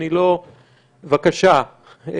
בבקשה.